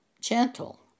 Gentle